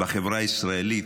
בחברה הישראלית,